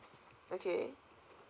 okay